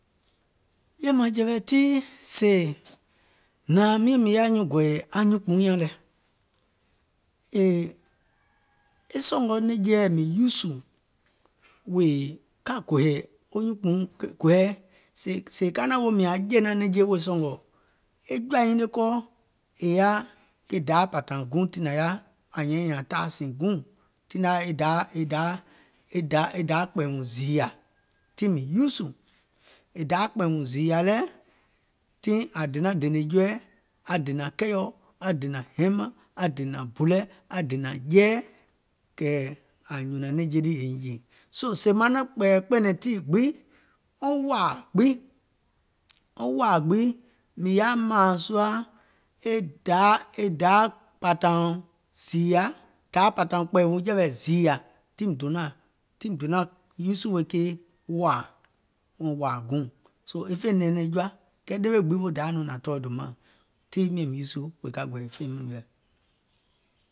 Ɓìèmȧŋjɛ̀wɛ̀ tii sèè, nȧȧŋ miȧŋ mìŋ yaȧ wo nyuùŋ gɔ̀ɔ̀yɛ̀ anyùunkpùuŋ nyȧŋ lɛ, èèè, e sɔ̀ngɔ̀ nɛ̀ŋjeɛ̀ mìŋ uusù wèè ka gɔ̀ɔ̀yɛ̀ wo nyuùnkpùuŋ ke gɔɛɛ, sèè ka naȧŋ woò mìȧŋ aŋ jè nɛ̀ŋje sɔ̀ngɔ̀ e jɔ̀ȧ nyiŋ le kɔɔ è yaȧ e daȧȧ pȧtȧùŋ guùŋ, tiŋ nȧŋ yaȧ ȧŋ nyȧȧŋ nyiŋ daȧȧ tȧȧsùùŋ guùŋ, tiŋ nȧŋ yaȧ e daȧȧ kpɛ̀ɛ̀ùŋ zììyȧ tiŋ mìŋ uusù, e daȧȧ kpɛ̀ɛ̀ùŋ zììyȧ lɛɛ̀, tiŋ aŋ donȧŋ dènè jɔɔɛ̀, aŋ dènȧŋ kɛìɔ̀, aŋ dènȧŋ hɛiŋ mȧŋ, aŋ dènȧŋ bù lɛ, jɛɛ̀ɛ̀, kɛ̀ aŋ nyùnȧŋ nɛ̀ŋje lii è jè. Soo sèè maŋ naȧŋ kpɛ̀ɛ̀yɛ̀ kpɛ̀nɛ̀ŋ tii gbiŋ, wɔŋ wȧȧ gbiŋ, wɔŋ wȧȧ gbiŋ, mìŋ yaȧ mȧaŋ sùȧ e daàȧ pȧtȧùŋ zììyȧ, ɗaȧȧ pȧtȧùŋ kpɛ̀ɛ̀ùŋ jɛ̀wɛ̀ zììyȧ, tiŋ mìŋ donȧŋ uusù wèè ke wȧȧ, wèè wȧȧ guùŋ, soo e fè nɛɛnɛŋ jɔa, kɛɛ ɗewe gbiŋ wo Dayȧ nɔŋ nȧŋ tɔɔ̀ dòmaȧŋ, tiŋ miȧŋ uusù wèè ka gɔ̀ɔ̀yɛ̀ family mɛ̀.